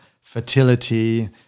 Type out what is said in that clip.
fertility